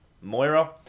Moira